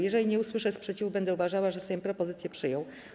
Jeżeli nie usłyszę sprzeciwu, będę uważała, że Sejm propozycje przyjął.